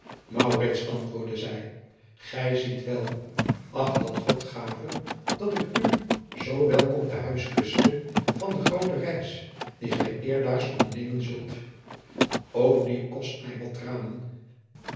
antwoordde zij gij ziet wel ach dat god gave dat ik u zoo welkom te huis kuste van de groote reis die gij eerstdaags ondernemen zult o die kost mij wat tranen